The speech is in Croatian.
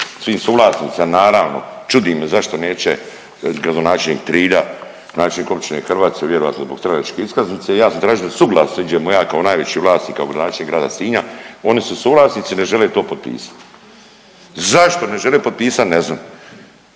svim suvlasnicima, naravno čudim me zašto neće gradonačelnik Trilja, načelnik Općine Hrvace vjerojatno zbog stranačke iskaznice, ja sam tražio da suglasno iđemo ja kao najveći vlasnik kao gradonačelnik grada Sinja oni su suvlasnici ne žele to potpisati. Zašto ne žele potpisati? Ne znam.